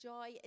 Joy